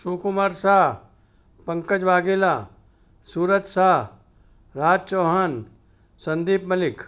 Sukumar Shah Pankaj Vaghela Suraj Shah Raj Chauhan Sandeep Malik